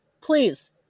please